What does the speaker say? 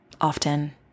often